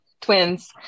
twins